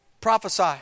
Prophesy